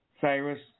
Cyrus